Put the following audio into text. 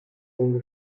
zungen